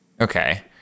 Okay